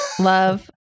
Love